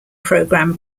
program